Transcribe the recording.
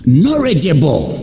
knowledgeable